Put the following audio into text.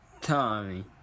Tommy